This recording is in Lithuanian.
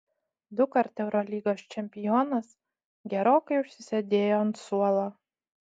dukart eurolygos čempionas gerokai užsisėdėjo ant suolo